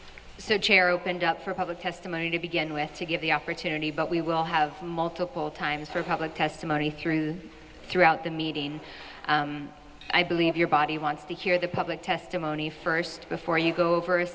so chair opened up for public testimony to begin with to give the opportunity but we will have multiple times for public testimony through throughout the meeting i believe your body wants to hear the public testimony first before you go over a